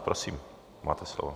Prosím, máte slovo.